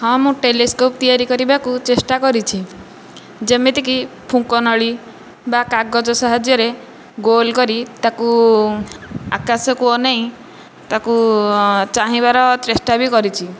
ହଁ ମୁଁ ଟେଲିସ୍କୋପ୍ ତିଆରି କରିବାକୁ ଚେଷ୍ଟା କରିଛି ଯେମିତିକି ଫୁଙ୍କନଳୀ ବା କାଗଜ ସାହାଯ୍ୟରେ ଗୋଲ କରି ତାକୁ ଆକାଶକୁ ଅନାଇ ତାକୁ ଚାହିଁବାର ଚେଷ୍ଟା ବି କରିଛି